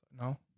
no